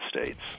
States